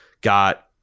got